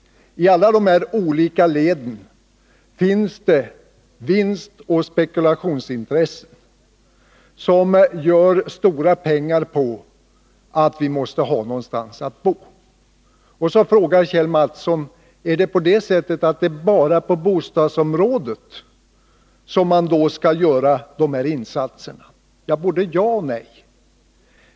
I alla dessa olika led finns det vinstoch spekulationsintressen, som gör stora pengar på att vi måste ha någonstans att bo. Och så frågar Kjell Mattsson: Är det på det sättet att det bara är på bostadsområdet som man skall göra dessa insatser? Svaret på den frågan är både ja och nej.